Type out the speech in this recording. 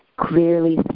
clearly